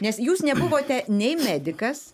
nes jūs nebuvote nei medikas